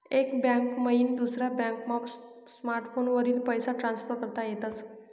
एक बैंक मईन दुसरा बॅकमा स्मार्टफोनवरी पैसा ट्रान्सफर करता येतस